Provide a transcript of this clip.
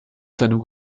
seinem